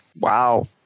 Wow